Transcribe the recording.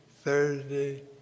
Thursday